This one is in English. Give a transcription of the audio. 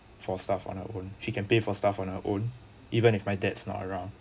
for stuff on her own she can pay for stuff on her own even if my dad is not around